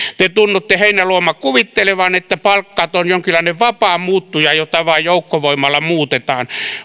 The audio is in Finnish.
te tunnutte heinäluoma kuvittelevan että palkat ovat jonkinlainen vapaa muuttuja jota vain joukkovoimalla muutetaan